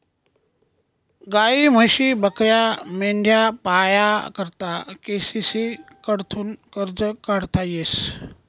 गायी, म्हशी, बकऱ्या, मेंढ्या पाया करता के.सी.सी कडथून कर्ज काढता येस